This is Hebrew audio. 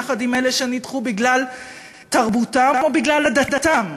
יחד עם אלה שנדחו בגלל תרבותם או בגלל עדתם,